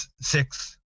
six